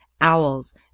Owls